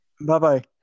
Bye-bye